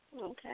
Okay